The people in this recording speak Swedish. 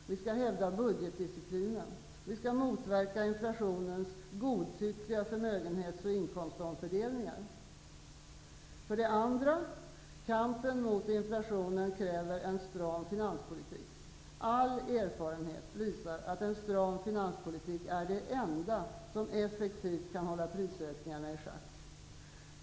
Vi skall hävda budgetdisciplinen. Vi skall motverka inflationens godtyckliga förmögenhetsoch inkomstomfördelningar. För det andra: Kampen mot inflationen kräver en stram finanspolitik. All erfarenhet visar att en stram finanspolitik är det enda som effektivt kan hålla prisökningarna i schack.